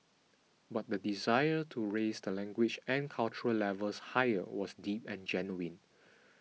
but the desire to raise the language and cultural levels higher was deep and genuine